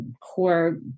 core